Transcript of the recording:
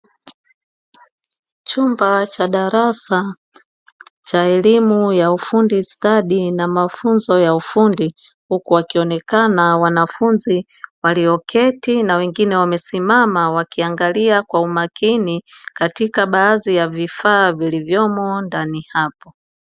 Chumba cha darasa cha elimu ya ufundi stadi na mafunzo ya ufundi, huku wakionekana wanafunzi walioketi na wengine wamesimama wakiangalia kwa umakini katika baadhi ya vifaa vilivyomo ndani hapo.